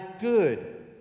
good